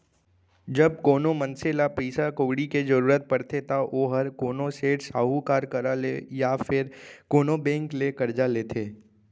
जब कोनो मनसे ल पइसा कउड़ी के जरूरत परथे त ओहर कोनो सेठ, साहूकार करा ले या फेर कोनो बेंक ले करजा लेथे